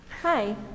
Hi